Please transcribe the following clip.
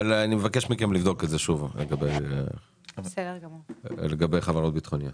אני מבקש מכם לברר שוב לגבי חברות ביטחוניות.